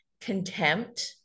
contempt